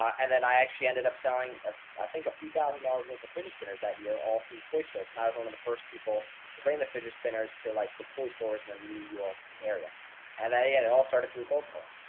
then i actually ended up selling i think a few thousand dollars' worth of fidget spinners that year. all through toy stores. and i was one of the first people to bring the fidget spinners to like the toy stores and the new york area and that he had it all started through cold calling.